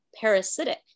parasitic